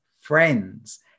friends